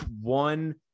one